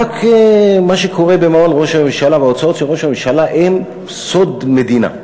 ורק מה שקורה במעון ראש הממשלה וההוצאות של ראש הממשלה הם סוד מדינה.